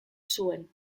zuen